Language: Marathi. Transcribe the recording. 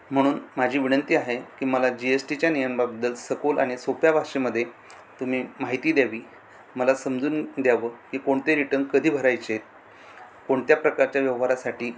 म्हणून माझी विनंती आहे की मला जी एस टीच्या नियमाबद्दल सखोल आणि सोप्या भाषेमध्ये तुम्ही माहिती द्यावी मला समजून द्यावं की कोणते रिटन कधी भरायचे कोणत्या प्रकारच्या व्यवहारासाठी